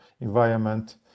environment